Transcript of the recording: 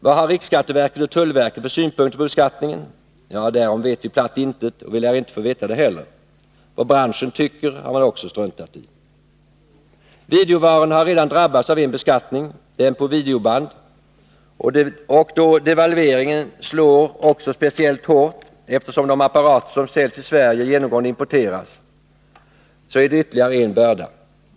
Vad har rikskatteverket och tullverket för synpunkter på beskattningen? Ja, därom vet vi platt intet, och vi lär inte få veta det heller. Vad branschen tycker har man också struntat i. Videovarorna har redan drabbats av en beskattning — den på videoband — och devalveringen slår också speciellt hårt i den branschen eftersom de apparater som säljs i Sverige genomgående importeras.